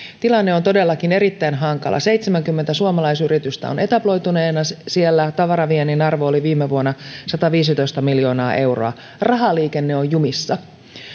tilanne on todellakin erittäin hankala seitsemänkymmentä suomalaisyritystä on etabloituneena siellä tavaraviennin arvo oli viime vuonna sataviisitoista miljoonaa euroa rahaliikenne on jumissa